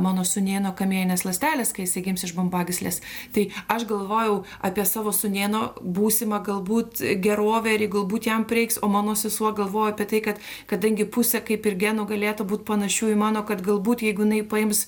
mano sūnėno kamienines ląsteles kai jisai gims iš bambagyslės taip aš galvojau apie savo sūnėno būsimą galbūt gerovę ir galbūt jam prireiks o mano sesuo galvojo apie tai kad kadangi pusė kaip ir genų galėtų būt panašių į mano kad galbūt jeigu jinai paims